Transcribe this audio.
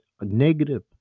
negative